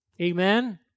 Amen